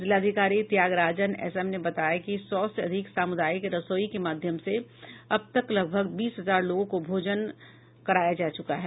जिलाधिकारी Thyagarajan S M ने बताया कि सौ से अधिक सामुदायिक रसोई के माध्यम से अबतक लगभग बीस हजार लोगों को भोजन कराया जा चुका है